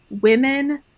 women